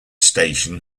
station